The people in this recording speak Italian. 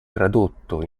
tradotto